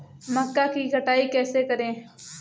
मक्का की कटाई कैसे करें?